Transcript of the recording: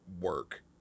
work